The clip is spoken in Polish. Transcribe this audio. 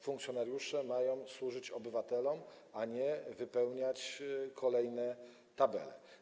Funkcjonariusze mają służyć obywatelom, a nie wypełniać kolejne tabele.